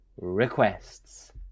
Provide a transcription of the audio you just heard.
requests